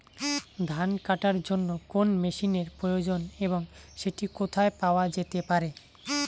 ধান কাটার জন্য কোন মেশিনের প্রয়োজন এবং সেটি কোথায় পাওয়া যেতে পারে?